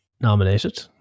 nominated